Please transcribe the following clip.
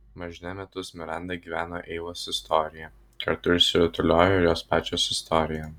mažne metus miranda gyveno eivos istorija kartu išsirutuliojo ir jos pačios istorija